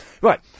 Right